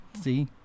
See